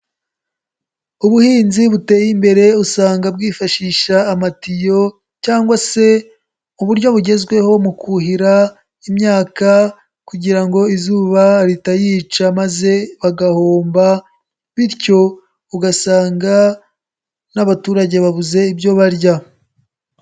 Ubuhinzi buteye imbere usanga bwifashisha amatiyo cyangwa se uburyo bugezweho mu kuhira imyaka kugira ngo izuba ritayica maze bagahomba, bityo ugasanga n'abaturage babuze ibyo barya.